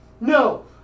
No